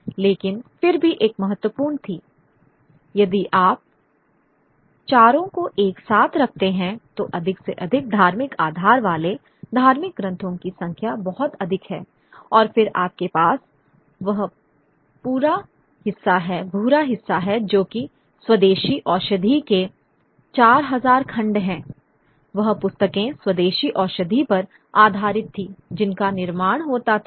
लेकिन फिर भी एक महत्वपूर्ण थी यदि आप चारों को एक साथ रखते हैं तो अधिक से अधिक धार्मिक आधार वाले धार्मिक ग्रंथों की संख्या बहुत अधिक है और फिर आपके पास वह भूरा हिस्सा है जो कि स्वदेशी औषधि के 4000 खंड हैं वह पुस्तकें स्वदेशी औषधि पर आधारित थी जिनका निर्माण होता था